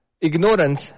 ignorance